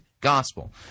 gospel